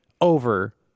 over